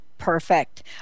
Perfect